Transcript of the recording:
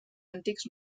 antics